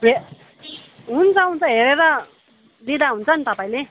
हे हुन्छ हुन्छ हेरेर दिँदा हुन्छ नि त तपाईँले